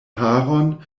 haron